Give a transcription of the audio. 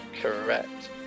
Correct